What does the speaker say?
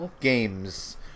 games